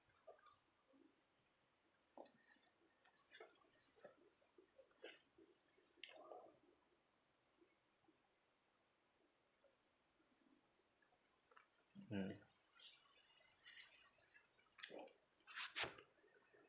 mm